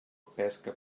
pesca